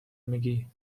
میگی